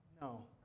no